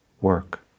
work